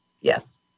yes